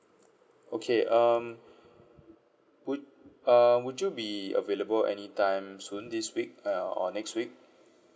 okay um would err would you be available anytime soon this week uh or next week